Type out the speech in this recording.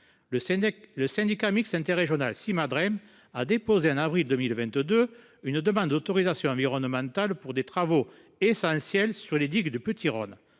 Le syndicat mixte interrégional Symadrem a déposé, en avril 2022, une demande d’autorisation environnementale pour des travaux essentiels sur les digues du Petit Rhône.